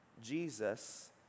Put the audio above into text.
Jesus